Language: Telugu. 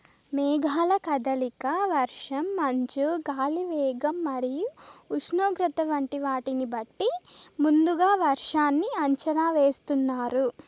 మేఘాల కదలిక, వర్షం, మంచు, గాలి వేగం మరియు ఉష్ణోగ్రత వంటి వాటిని బట్టి ముందుగా వర్షాన్ని అంచనా వేస్తున్నారు